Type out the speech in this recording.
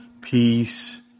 peace